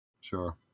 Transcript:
Sure